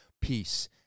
peace